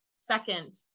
second